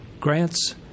grants